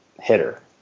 hitter